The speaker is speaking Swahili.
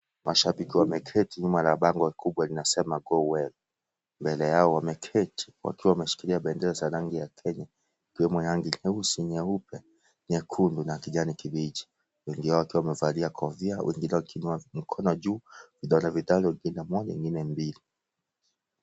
Mashabiki wameketi nyuma ya bando kubwa linalosema Go well . Mashabiki hawa wameketi wakiwa wameshikilia bendera za rangi ya Kenya ikiwemo rangi nyeusi ,nyekundu na kijani kibichi. Wengi wao wakiwa wamevalia kofia ,wengine wakiinua mikono juu ,vidole vyao wengine moja wengine mbili .